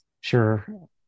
Sure